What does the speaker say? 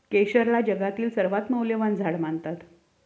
केशरला जगातील सर्वात मौल्यवान झाड मानतात